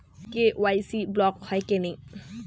KYC block হয় কেনে?